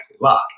lock